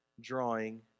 drawing